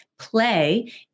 Play